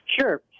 Sure